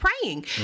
praying